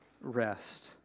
rest